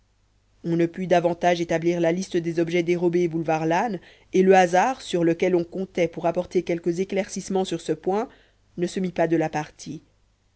on ne put davantage établir la liste des objets dérobés boulevard lannes et le hasard sur lequel on comptait pour apporter quelques éclaircissements sur ce point ne se mit pas de la partie